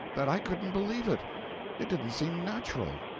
that i couldn't believe it it didn't seem natural.